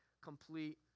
complete